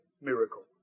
miracle